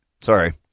sorry